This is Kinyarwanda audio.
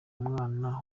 umwana